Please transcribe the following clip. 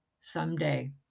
someday